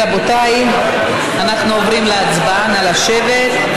רבותיי, אנחנו עוברים להצבעה, נא לשבת,